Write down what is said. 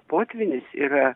potvynis yra